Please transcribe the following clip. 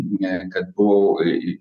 ne kad buvau į